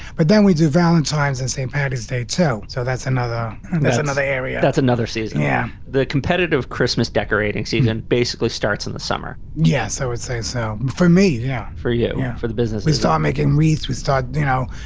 but then we do valentines and st. patty's day tell. so that's another that's another area. that's another season. yeah. the competitive christmas decorating season basically starts in the summer. yes, i would say so. for me. yeah, for you. for the business. start making wreaths. we start, you know,